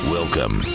Welcome